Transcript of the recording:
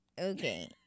Okay